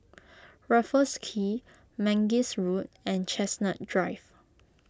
Raffles Quay Mangis Road and Chestnut Drive